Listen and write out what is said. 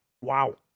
Wow